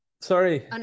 sorry